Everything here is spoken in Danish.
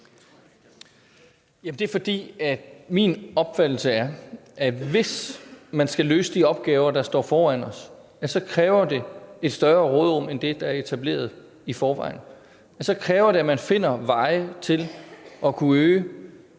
Det er, fordi min opfattelse er, at hvis man skal løse de opgaver, der står foran os, så kræver det et større råderum end det, der er etableret i forvejen. Så kræver det, at man finder veje til at kunne øge